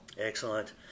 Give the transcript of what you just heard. Excellent